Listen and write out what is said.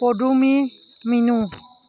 Padumi Minu